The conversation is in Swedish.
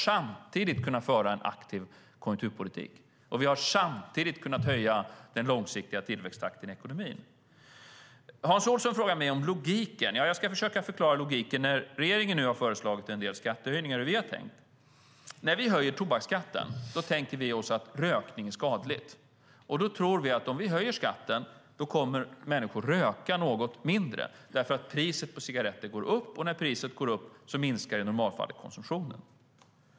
Samtidigt har vi fört en aktiv konjunkturpolitik och höjt den långsiktiga tillväxttakten i ekonomin. Hans Olsson frågar mig om logiken. Jag ska försöka förklara logiken i hur vi har tänkt när regeringen nu har föreslagit en del skattehöjningar. När vi höjer tobaksskatten tänker vi oss att rökning är skadligt. Vi tror att om vi höjer skatten kommer människor att röka något mindre. Priset på cigaretter går upp, och när priset går upp minskar i normalfallet konsumtionen.